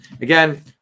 Again